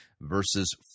verses